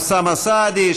אוסאמה סעדי,